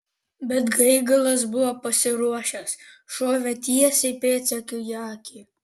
bet gaigalas buvo pasiruošęs šovė tiesiai pėdsekiui į akį